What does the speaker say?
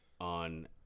on